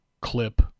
clip